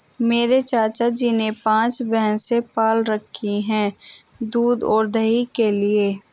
मेरे चाचा जी ने पांच भैंसे पाल रखे हैं दूध और दही के लिए